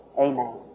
Amen